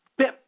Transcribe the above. Bip